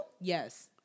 Yes